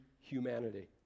humanity